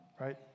right